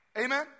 Amen